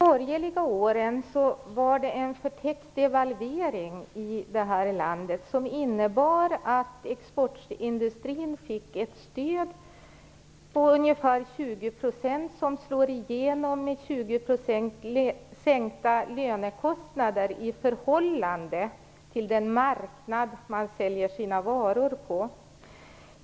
Fru talman! Under de borgerliga åren skedde en förtäckt devalvering här i landet. Den innebar att exportindustrin fick ett stöd på ungefär 20 %, som slår igenom med 20 % lägre lönekostnader i förhållande till den marknad man säljer sina varor på.